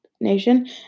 Nation